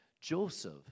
Joseph